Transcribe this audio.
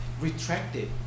retracted